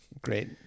great